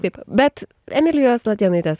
taip bet emilijos latėnaitės